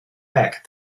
back